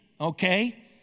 okay